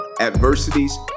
adversities